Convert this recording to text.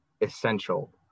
essential